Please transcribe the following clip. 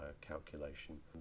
calculation